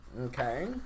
Okay